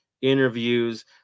interviews